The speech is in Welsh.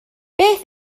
beth